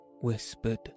whispered